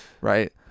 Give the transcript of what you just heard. right